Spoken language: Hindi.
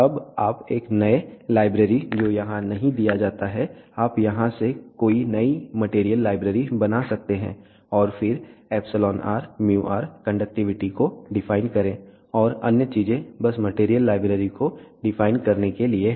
अब आप एक नए लाइब्रेरी जो यहाँ नहीं दिया जाता है आप यहां से कोई नई मटेरियल लाइब्रेरी बना सकते हैं और फिर εrμr कंडक्टिविटी को डिफाइन करें और अन्य चीजें बस मटेरियल लाइब्रेरी को डिफाइन करने के लिए है